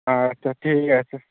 আচ্ছা ঠিক আছে